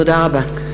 תודה רבה.